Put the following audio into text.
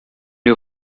you